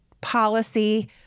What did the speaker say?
policy